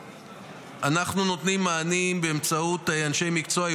אנחנו נותנים מענים באמצעות אנשי מקצוע,